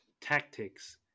tactics